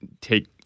take